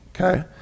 Okay